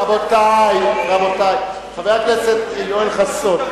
חבר הכנסת יואל חסון,